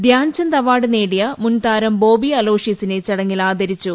ധ്യാൻചന്ദ് പുരസ്കാരം നേടിയ മുൻ താരം ബോബീ അലോഷ്യസിനെ ചടങ്ങിൽ ആദരിച്ചു